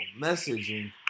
messaging